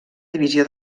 divisió